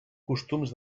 costums